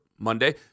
Monday